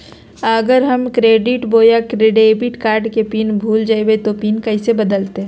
अगर हम क्रेडिट बोया डेबिट कॉर्ड के पिन भूल जइबे तो पिन कैसे बदलते?